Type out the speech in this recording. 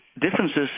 Differences